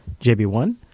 JB1